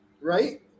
right